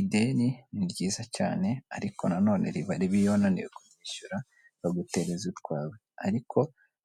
Ideni ni ryiza cyane ariko nanone riba ribi iyo wananiwe kwishyura bagutereza utwawe. Ariko